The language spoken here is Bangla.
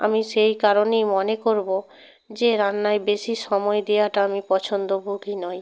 আমি সেই কারণেই মনে করব যে রান্নায় বেশি সময় দেওয়াটা আমি পছন্দভোগী নই